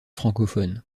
francophones